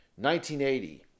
1980